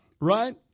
right